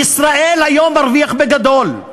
"ישראל היום" מרוויח בגדול.